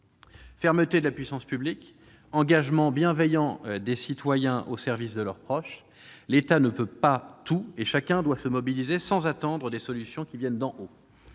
Fermeté de la puissance publique, engagement bienveillant des citoyens au service de leurs proches : l'État ne peut pas tout et chacun doit se mobiliser sans attendre des solutions qui viennent d'en haut.